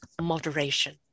moderation